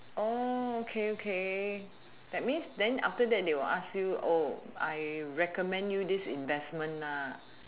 oh okay okay that means then after that they will ask you I recommend you this investment ah